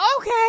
okay